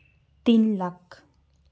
ᱛᱤᱱ ᱞᱟᱠᱷ